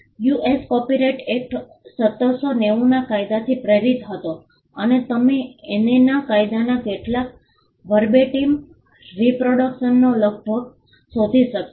US copyright act 1790ના કાયદાથી પ્રેરિત હતો અને તમે એનેના કાયદાના કેટલાક વર્બેટિમ રીપ્રોડક્સનને લગભગ શોધી શકશો